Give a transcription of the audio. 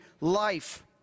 life